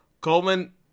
Coleman